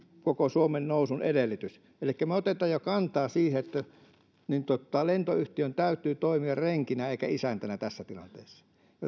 koko suomen nousun edellytys elikkä me otamme jo kantaa siihen että lentoyhtiön täytyy toimia renkinä eikä isäntänä tässä tilanteessa